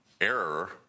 error